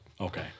Okay